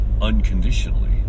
unconditionally